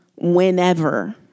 whenever